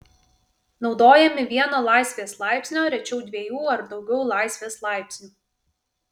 naudojami vieno laisvės laipsnio rečiau dviejų ar daugiau laisvės laipsnių